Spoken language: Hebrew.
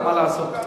מה לעשות?